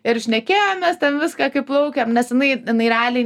ir šnekėjomės ten viską kaip plaukiam nes jinai jinai realiai